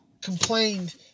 complained